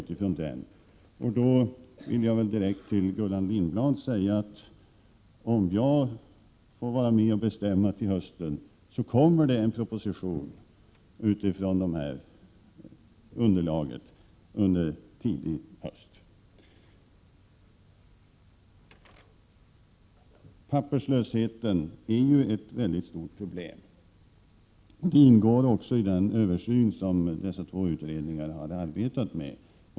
Till Gullan Lindblad vill jag direkt säga: Om jag får vara med och bestämma till hösten kommer det en proposition utifrån det här underlaget under tidig höst. Papperslösheten är ett stort problem. Den frågan ingår i den översyn som dessa två utredningar har arbetat med.